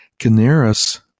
Canaris